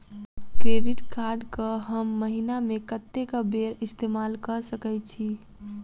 Credit card कऽ हम महीना मे कत्तेक बेर इस्तेमाल कऽ सकय छी?